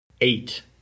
eight